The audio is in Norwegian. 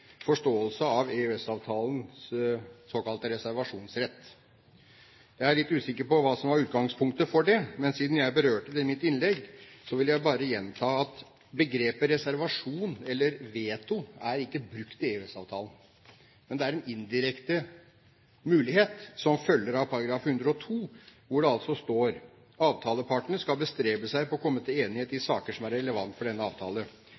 forståelse av EØS-avtalens såkalte reservasjonsrett. Jeg er litt usikker på hva som var utgangspunktet for det, men siden jeg berørte det i mitt innlegg, vil jeg bare gjenta at begrepet «reservasjon» eller «veto» ikke er brukt i EØS-avtalen, men det er en indirekte mulighet som følger av artikkel 102, hvor det står: «Avtalepartene skal bestrebe seg på å komme til enighet i saker som er relevante for denne avtale.